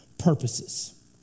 purposes